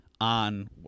on –